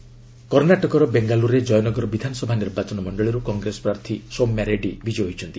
Karnataka election କର୍ଣ୍ଣାଟକର ବେଙ୍ଗାଲୁରୁରେ ଜୟନଗର ବିଧାନସଭା ନିର୍ବାଚନ ମଣ୍ଡଳୀରୁ କଂଗ୍ରେସ ପ୍ରାର୍ଥୀ ସୌମ୍ୟା ରେଡ଼ି ବିଜୟୀ ହୋଇଛନ୍ତି